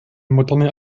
moderne